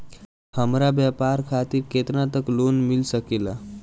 हमरा व्यापार खातिर केतना तक लोन मिल सकेला?